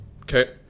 Okay